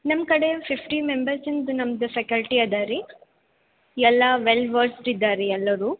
ನಮ್ಮ ಕಡೆ ಫಿಫ್ಟಿ ಮೆಂಬರ್ಸಿಂದು ನಮ್ಮದು ಫೆಕಲ್ಟಿ ಇದೇರಿ ಎಲ್ಲ ವೆಲ್ ವರ್ಸ್ದ್ ಇದ್ದಾರೆ ರೀ ಎಲ್ಲರೂ